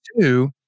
two